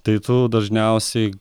tai tu dažniausiai